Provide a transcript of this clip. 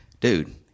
Dude